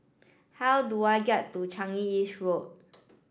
how do I get to Changi East Road